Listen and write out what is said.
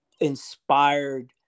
inspired